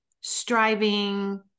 striving